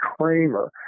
Kramer